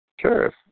Sure